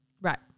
Right